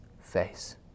face